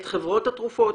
את חברות התרופות,